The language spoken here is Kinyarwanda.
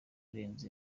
irenze